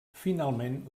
finalment